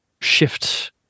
shift